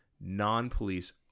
non-police